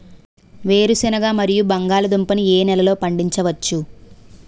వేరుసెనగ మరియు బంగాళదుంప ని ఏ నెలలో పండించ వచ్చు?